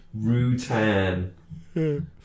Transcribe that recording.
Rutan